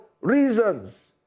reasons